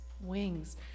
wings